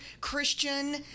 Christian